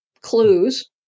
clues